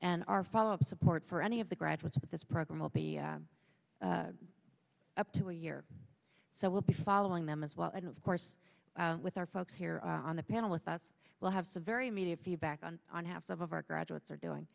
and our follow up support for any of the graduates of this program will be up to a year so we'll be following them as well and of course with our folks here on the panel with us we'll have some very immediate feedback on on half of our graduates are doing